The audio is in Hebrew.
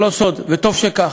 זה לא סוד, וטוב שכך: